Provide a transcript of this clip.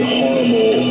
horrible